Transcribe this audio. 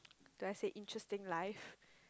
let's say interesting life